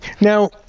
Now